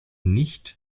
nicht